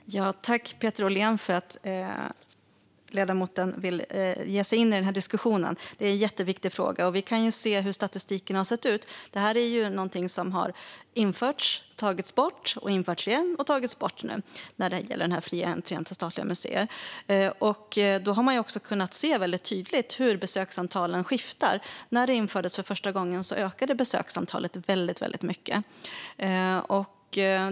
Herr talman! Jag tackar Peter Ollén för att ledamoten vill ge sig in i den här diskussionen. Det är en jätteviktig fråga. Vi kan titta på hur statistiken har sett ut. Den fria entrén till statliga museer är något som har införts, tagits bort och införts igen - och nu återigen tagits bort. Därmed har man också kunnat se tydligt hur besöksantalet skiftar, och när detta infördes för första gången ökade besöksantalet väldigt mycket.